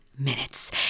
minutes